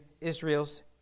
Israel's